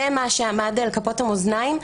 זה מה שעמד על כפות המאזניים,